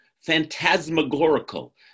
phantasmagorical